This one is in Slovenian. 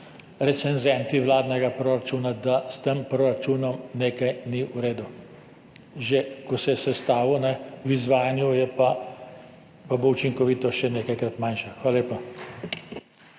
recenzenti vladnega proračuna, da s tem proračunom nekaj ni v redu, že ko se je sestavil, v izvajanju pa bo učinkovitost še nekajkrat manjša. Hvala lepa.